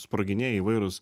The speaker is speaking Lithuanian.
sproginėja įvairūs